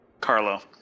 Carlo